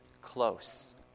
close